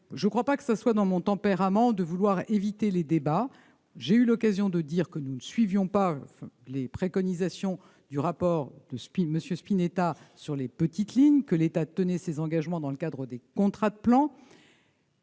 Il n'est pas dans mon tempérament de vouloir éviter les débats. J'ai eu l'occasion de dire que nous ne suivrions pas les préconisations du rapport Spinetta sur les petites lignes. L'État tient ses engagements dans le cadre des contrats de plan.